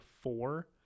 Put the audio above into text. four